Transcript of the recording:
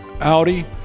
Audi